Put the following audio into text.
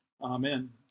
amen